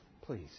Please